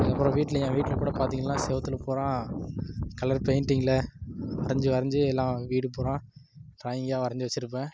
அப்புறோம் வீட்டில் ஏன் வீட்டில் கூட பார்த்தீங்ள்னா செவத்துல பூரா கலர் பெயின்டிங்கில் வரஞ்சு வரஞ்சு எல்லாம் வீடு பூரா டிராயிங்காக வரஞ்சு வச்சியிருப்பன்